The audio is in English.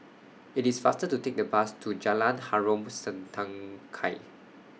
IT IS faster to Take The Bus to Jalan Harom Setangkai